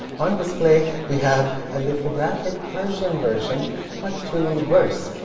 on display we have a lithographic persian version put to verse,